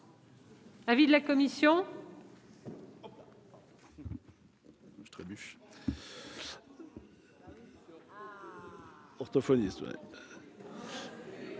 avis de la commission.